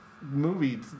movie